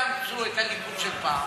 בוא נעשה הסכם: אתם תאמצו את הליכוד של פעם,